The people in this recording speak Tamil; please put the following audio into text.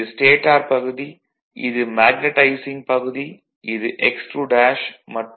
இது ஸ்டேடார் பகுதி இது மேக்னடைசிங் பகுதி இது x2 மற்றும் இது r2s